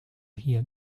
hear